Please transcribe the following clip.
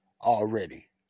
already